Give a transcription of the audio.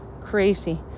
crazy